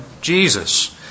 Jesus